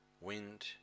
wind